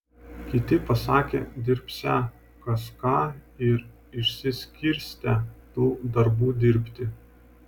kiti pasakė dirbsią kas ką ir išsiskirstė tų darbų dirbti